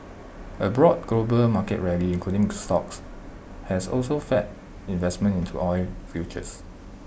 A broad global market rally including stocks has also fed investment into oil futures